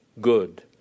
good